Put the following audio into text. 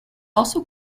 also